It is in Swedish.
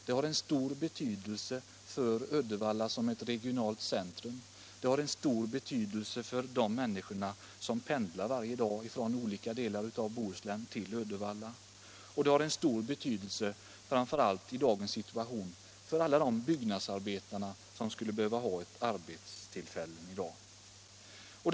Den har också stor betydelse för Uddevalla som ett regionalt centrum, för de människor som pendlar varje dag från olika delar av Bohuslän till Uddevalla, och även — framför allt i dagens situation — för alla de byggnadsarbetare som skulle behöva arbetstillfällen.